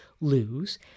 lose